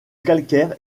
calcaire